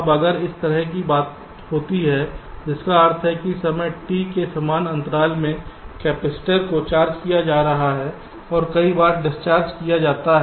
अब अगर इस तरह की बात होती है जिसका अर्थ है समय T के समान अंतराल में कपैसिटर को चार्ज किया जा रहा है और कई बार डिस्चार्ज किया जाता है